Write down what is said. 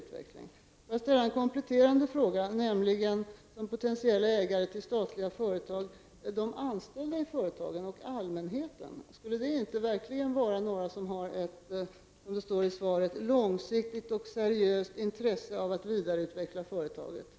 Låt mig ställa en kompletterande fråga om de anställda i företagen och allmänheten som potentiella ägare till statliga företag. Är inte det några som verkligen har ett, som det heter i svaret, långsiktigt och seriöst intresse av att vidareutveckla företaget?